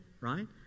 right